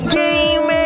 game